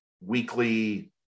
weekly